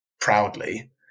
proudly